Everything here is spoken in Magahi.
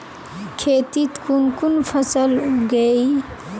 खेतीत कुन कुन फसल उगेई?